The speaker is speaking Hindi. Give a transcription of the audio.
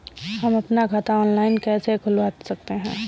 हम अपना खाता ऑनलाइन कैसे खुलवा सकते हैं?